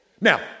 Now